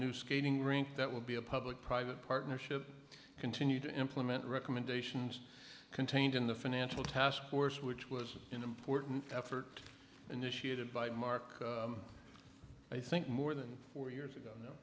new skating rink that will be a public private partnership to continue to implement recommendations contained in the financial taskforce which was an important effort initiated by mark i think more than four years ago